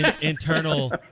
internal